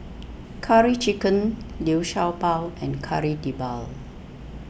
Curry Chicken Liu Sha Bao and Kari Debal